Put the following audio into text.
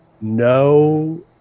no